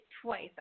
twice